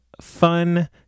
fun